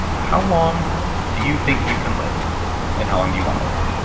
how long do you think you can live and how long do you want to live?